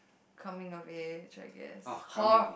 Coming of Age I guess hor~